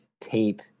tape